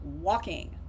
walking